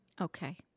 Okay